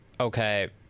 okay